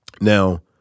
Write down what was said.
Now